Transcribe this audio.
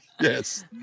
Yes